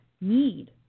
need